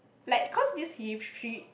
like cause this history